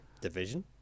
Division